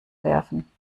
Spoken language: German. werfen